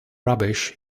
rubbish